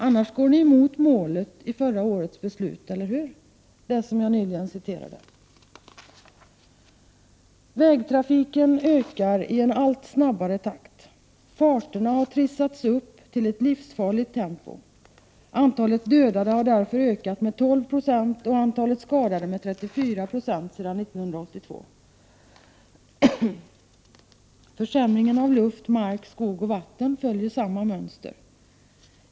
Annars går ni emot målet i förra årets beslut, som jag nyss citerade. Eller hur? Vägtrafiken ökar i en allt snabbare takt. Farterna har trissats upp till ett livsfarligt tempo. Antalet dödade har därför ökat med 12 90 och antalet skadade med 34 26 sedan 1982. Försämringen av luft, mark, skog och vatten följer samma mönster.